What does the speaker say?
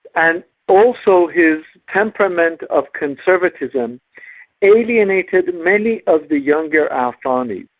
and also his temperament of conservatism alienated many of the younger al thani,